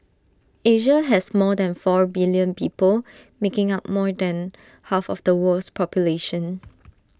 Asia has more than four billion people making up more than half of the world's population